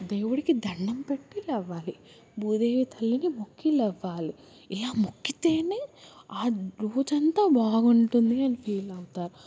దేవుడికి దండం పెట్టి లెవ్వాలి భూదేవి తల్లిని మొక్కి లెవ్వాలి ఇలా మొక్కితేనే ఆ రోజు అంత బాగుంటుంది అని ఫీల్ అవుతారు